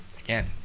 again